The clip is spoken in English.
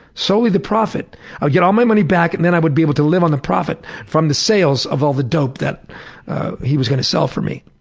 solely the profit. i would get all my money back and then i would be able to live on the profit from all the sales of all the dope that he was gonna sell for me.